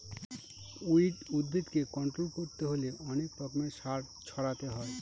weed উদ্ভিদকে control করতে হলে অনেক রকমের সার ছড়াতে হয়